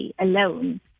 alone